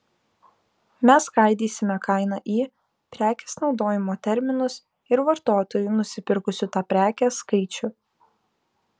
mes skaidysime kainą į prekės naudojimo terminus ir vartotojų nusipirkusių tą prekę skaičių